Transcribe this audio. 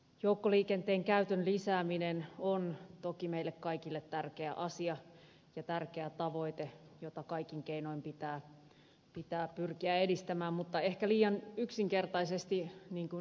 joukkoliikenteen käytön lisääminen on toki meille kaikille tärkeä asia ja tärkeä tavoite jota kaikin keinoin pitää pyrkiä edistämään mutta ehkä liian yksinkertaisesti niin kuin ed